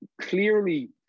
Clearly